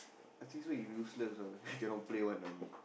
I think so he useless ah he cannot play [one] lah he